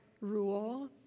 rule